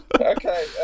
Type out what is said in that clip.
Okay